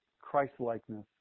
Christlikeness